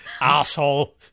Asshole